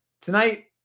Tonight